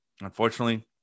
unfortunately